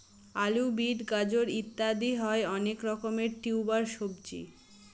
আলু, বিট, গাজর ইত্যাদি হয় অনেক রকমের টিউবার সবজি